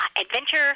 adventure